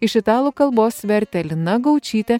iš italų kalbos vertė lina gaučytė